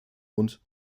und